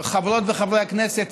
חברות וחברי הכנסת,